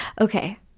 okay